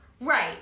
Right